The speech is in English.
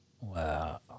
Wow